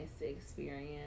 experience